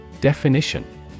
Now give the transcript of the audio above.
Definition